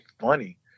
funny